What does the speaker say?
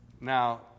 now